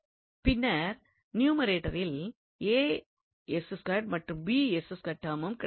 பின்னர் நியூமரேட்டரில் மற்றும் டெர்மும் கிடைக்கிறது